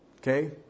Okay